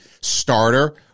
starter